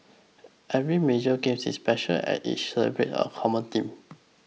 every major games is special and each celebrates a common theme